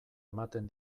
ematen